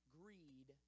greed